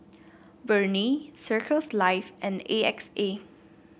Burnie Circles Life and A X A